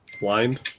blind